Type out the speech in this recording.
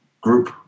group